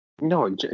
No